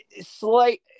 slight